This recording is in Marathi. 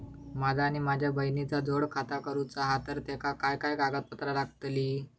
माझा आणि माझ्या बहिणीचा जोड खाता करूचा हा तर तेका काय काय कागदपत्र लागतली?